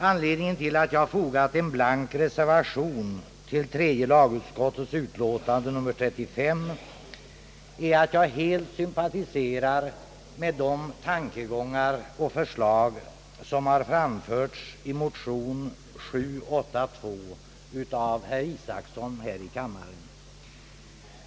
Anledningen till att jag fogat en blank reservation till tredje lagutskottets utlåtande nr 35 är att jag helt sympatiserar med de tankegångar och förslag som framförts i motion 782 av herr Isacson här i kammaren.